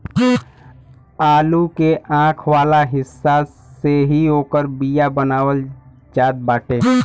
आलू के आंख वाला हिस्सा से ही ओकर बिया बनावल जात बाटे